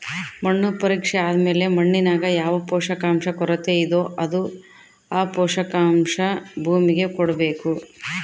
ಮಣ್ಣು ಪರೀಕ್ಷೆ ಆದ್ಮೇಲೆ ಮಣ್ಣಿನಾಗ ಯಾವ ಪೋಷಕಾಂಶ ಕೊರತೆಯಿದೋ ಆ ಪೋಷಾಕು ಭೂಮಿಗೆ ಕೊಡ್ಬೇಕು